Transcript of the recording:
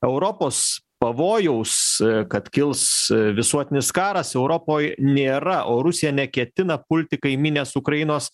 europos pavojaus kad kils visuotinis karas europoj nėra o rusija neketina pulti kaimynės ukrainos